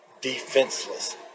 defenseless